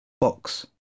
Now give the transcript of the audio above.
box